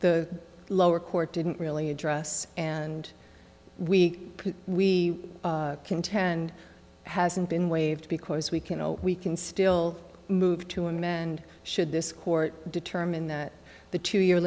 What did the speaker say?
the lower court didn't really address and we we contend hasn't been waived because we can we can still move to him and should this court determine the two year